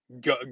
go